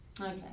Okay